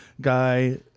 guy